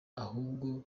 ahubwo